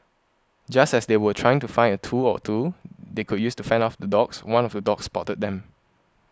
just as they were trying to find a tool or two they could use to fend off the dogs one of the dogs spotted them